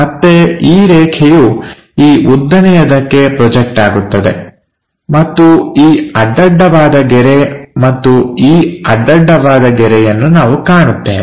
ಮತ್ತೆ ಈ ರೇಖೆಯು ಈ ಉದ್ದನೆಯದಕ್ಕೆ ಪ್ರೊಜೆಕ್ಟ್ ಆಗುತ್ತದೆ ಮತ್ತು ಈ ಅಡ್ಡಡ್ಡವಾದ ಗೆರೆ ಮತ್ತು ಈ ಅಡ್ಡಡ್ಡವಾದ ಗೆರೆಯನ್ನು ನಾವು ಕಾಣುತ್ತೇವೆ